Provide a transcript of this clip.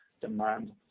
demand